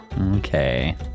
okay